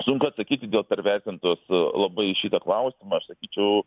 sunku atsakyti dėl pervertintos labai į šitą klausimą aš sakyčiau